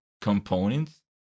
components